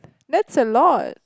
that's a lot